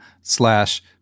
slash